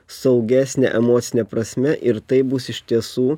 saugesnę emocine prasme ir taip bus iš tiesų